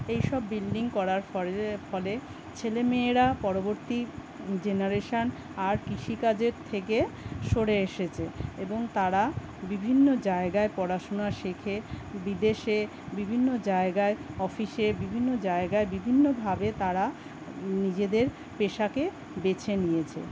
এই সব বিল্ডিং করার ফলে ফলে ছেলে মেয়েরা পরবর্তী জেনারেশান আর কৃষিকাজের থেকে সরে এসেছে এবং তারা বিভিন্ন জায়গায় পড়াশোনা শেখে বিদেশে বিভিন্ন জায়গায় অফিসের বিভিন্ন জায়গায় বিভিন্নভাবে তারা নিজেদের পেশাকে বেছে নিয়েছে